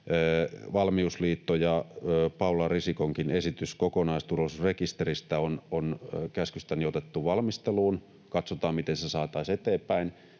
Valmiusliiton ja Paula Risikonkin esitys kokonaisturvallisuusrekisteristä on käskystäni otettu valmisteluun. Katsotaan, miten se saataisiin eteenpäin.